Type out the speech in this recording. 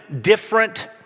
different